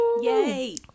Yay